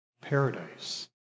paradise